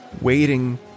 Waiting